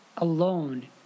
alone